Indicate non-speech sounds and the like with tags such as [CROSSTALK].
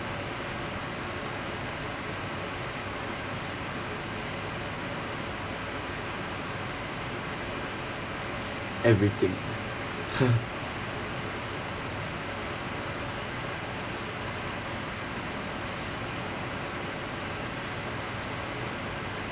everything [LAUGHS]